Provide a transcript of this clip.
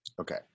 okay